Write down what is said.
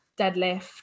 deadlift